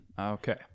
Okay